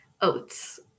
Oats